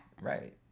Right